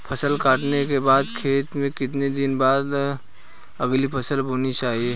फसल काटने के बाद खेत में कितने दिन बाद अगली फसल बोनी चाहिये?